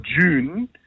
June